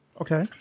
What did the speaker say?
okay